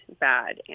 bad